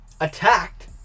attacked